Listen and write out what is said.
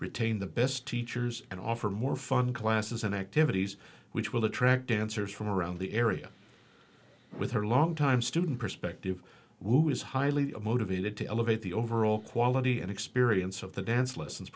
retain the best teachers and offer more fun classes and activities which will attract dancers from around the area with her longtime student perspective who is highly motivated to elevate the overall quality and experience of the dance lessons